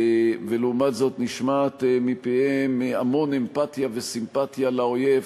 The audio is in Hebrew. ולעומת זאת נשמע מפיהם המון אמפתיה וסימפתיה לאויב.